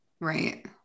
right